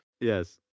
Yes